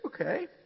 okay